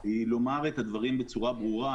היא לומר את הדברים בצורה ברורה.